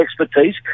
expertise